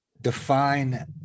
define